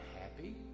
happy